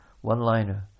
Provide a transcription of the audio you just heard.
one-liner